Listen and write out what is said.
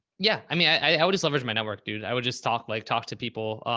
yeah, i mean, i, i would just leverage my network, dude. i would just talk, like, talk to people,